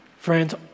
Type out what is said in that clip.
Friends